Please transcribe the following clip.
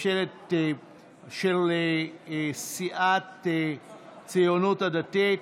של סיעת הציונות הדתית.